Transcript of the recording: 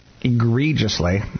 egregiously